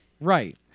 right